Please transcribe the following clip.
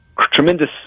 tremendous